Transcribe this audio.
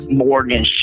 morgan